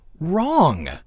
wrong